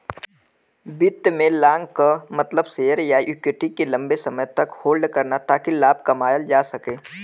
वित्त में लॉन्ग क मतलब शेयर या इक्विटी के लम्बे समय तक होल्ड करना ताकि लाभ कमायल जा सके